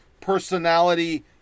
personality